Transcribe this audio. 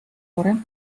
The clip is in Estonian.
parem